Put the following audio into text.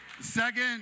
Second